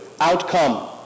outcome